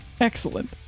excellent